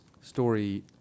story